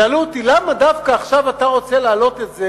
שאלו אותי: למה דווקא עכשיו אתה רוצה להעלות את זה,